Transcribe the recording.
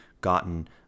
gotten